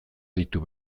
ditu